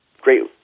great